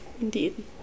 Indeed